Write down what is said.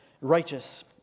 righteous